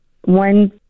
one